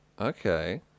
Okay